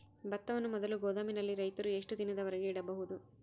ಭತ್ತವನ್ನು ಮೊದಲು ಗೋದಾಮಿನಲ್ಲಿ ರೈತರು ಎಷ್ಟು ದಿನದವರೆಗೆ ಇಡಬಹುದು?